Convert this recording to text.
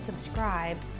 subscribe